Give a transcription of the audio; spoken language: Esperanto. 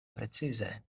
precize